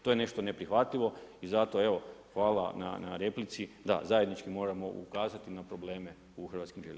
To je nešto neprihvatljivo i zato evo hvala na replici da zajednički moramo ukazati na probleme u HŽ-u.